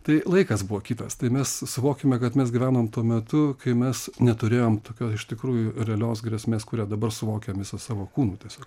tai laikas buvo kitas tai mes suvokiame kad mes gyvenom tuo metu kai mes neturėjom tokios iš tikrųjų realios grėsmės kurią dabar suvokiam visu savo kūnu tiesiog